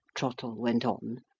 trottle went on,